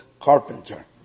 Carpenter